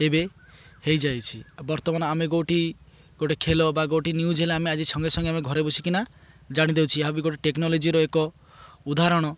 ଏବେ ହେଇଯାଇଛି ବର୍ତ୍ତମାନ ଆମେ କେଉଁଠି ଗୋଟେ ଖେଳ ବା କେଉଁଠି ନ୍ୟୁଜ୍ ହେଲେ ଆମେ ଆଜି ସଙ୍ଗେ ସଙ୍ଗେ ଆମେ ଘରେ ବସିକିନା ଜାଣିଦଉଛି ଆଉ ବି ଗୋଟେ ଟେକ୍ନୋଲୋଜିର ଏକ ଉଦହରଣ